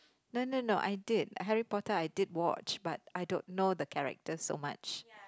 no no no I did Harry-Potter I did watch but I don't know the characters so much